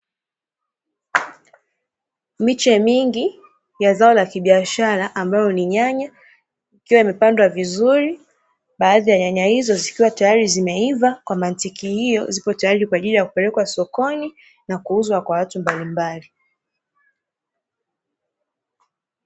Miche mingi ya zao la kibiashara ambalo ni nyanya, ikiwa imepandwa vizuri baadhi ya nyanya hizo, zikiwa tayari zimeiva, kwa mantiki hiyo zipo tayari kwa ajili ya kupelekwa sokoni na kuuzwa kwa watu mbalimbali.